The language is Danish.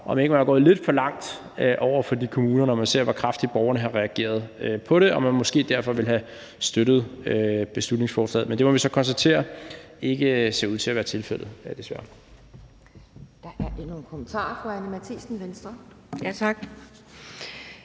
om ikke man var gået lidt for langt over for de kommuner, når man ser, hvor kraftigt borgerne har reageret på det, og at man måske derfor ville have støttet beslutningsforslaget. Men det må vi så konstatere ikke ser ud til at være tilfældet, desværre.